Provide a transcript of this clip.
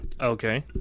Okay